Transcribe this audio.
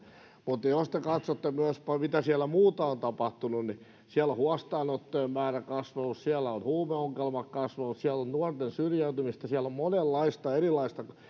mutta jos te katsotte myös mitä muuta on tapahtunut niin siellä on huostaanottojen määrä kasvanut siellä on huumeongelma kasvanut siellä on nuorten syrjäytymistä siellä on monenlaista erilaista